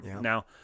Now